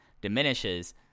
diminishes